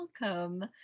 welcome